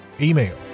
email